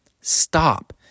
Stop